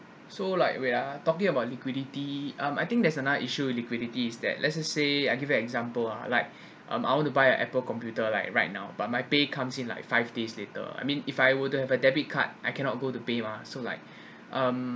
so like we're talking about liquidity um I think there's another issue liquidity is that let us say I give you example ah like um I want to buy a Apple computer like right now but my pay comes in like five days later I mean if I wouldn't have a debit card I cannot go to pay mah so like um